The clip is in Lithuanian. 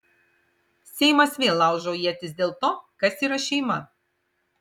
seimas vėl laužo ietis dėl to kas yra šeima